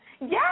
Yes